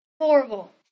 horrible